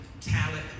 talent